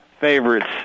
favorites